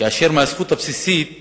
כאשר מהזכות הבסיסית